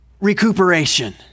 recuperation